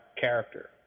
character